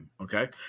Okay